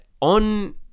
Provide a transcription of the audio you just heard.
on